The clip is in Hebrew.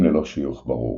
סוגים ללא שיוך ברור